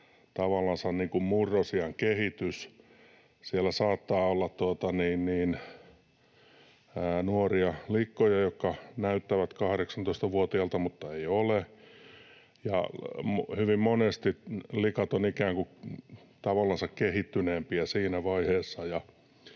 tavallansa se murrosiän kehitys. Siellä saattaa olla nuoria likkoja, jotka näyttävät 18-vuotiailta mutta eivät ole, ja hyvin monesti likat ovat ikään kuin tavallansa